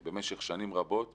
במשך שנים רבות בכולם,